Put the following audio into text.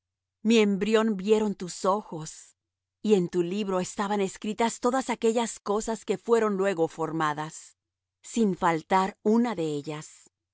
mi embrión vieron tus ojos y en tu libro estaban escritas todas aquellas cosas que fueron luego formadas sin faltar una de ellas